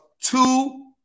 Two